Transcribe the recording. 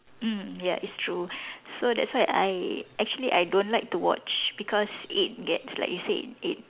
mm ya it's true so that's why I actually I don't like to watch because it gets like you said it